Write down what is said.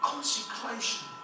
Consecration